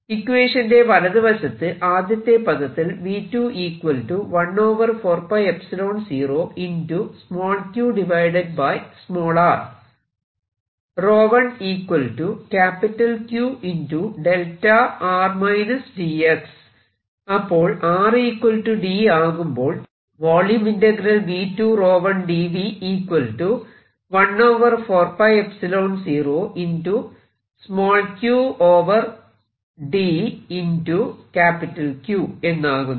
ഇക്വേഷന്റെ വലതു വശത്ത് ആദ്യത്തെ പദത്തിൽ അപ്പോൾ r d ആകുമ്പോൾ v V2 1 dv 1 4 0 q d Q എന്നാകുന്നു